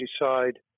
decide